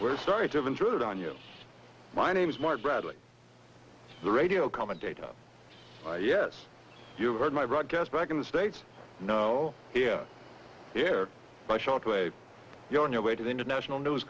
we're sorry to intrude on you my name is mark bradley the radio commentator yes you've heard my broadcast back in the states no hear hear by shortwave you're on your way to the international news